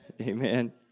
Amen